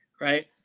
right